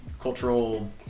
cultural